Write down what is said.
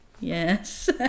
yes